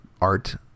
art